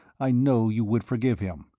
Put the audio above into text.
i know you would forgive him.